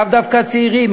לאו דווקא הצעירים,